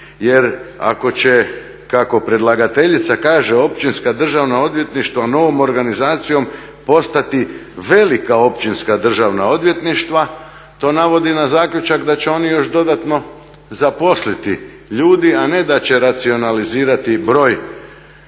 jer ako će kako predlagateljica kaže općinska državna odvjetništva novom organizacijom postati velika općinska državna odvjetništva to navodi na zaključak da će oni još dodatno zaposliti ljudi, a ne da će racionalizirati broj